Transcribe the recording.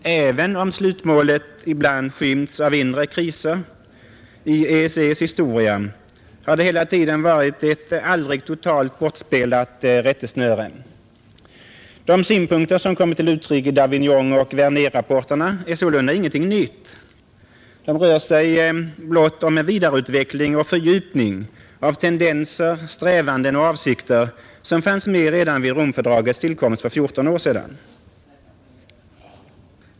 Även om slutmålet ibland skymts av inre kriser i EEC:s historia, har det hela tiden varit ett aldrig totalt bortspelat rättesnöre. De synpunkter som kommit till uttryck i Davignonoch Wernerrapporterna är sålunda ingenting nytt. De rör sig blott om vidareutveckling och fördjupning av tendenser, strävanden och åsikter som fanns med redan vid Romfördragets tillkomst för 14 år sedan.